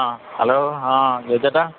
ആ ഹലോ ആ ജോയിച്ചേട്ടാ